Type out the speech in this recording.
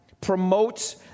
promotes